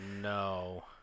no